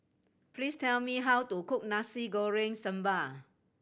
please tell me how to cook Nasi Goreng Sambal